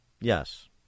Yes